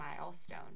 milestone